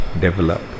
develop